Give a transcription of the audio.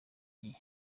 gihe